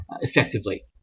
effectively